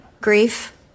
grief